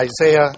Isaiah